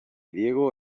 diego